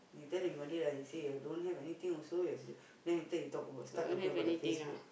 you tell in Malay like you say like you don't have anything also you then after that you talk about start talking about the Facebook